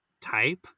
type